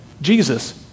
Jesus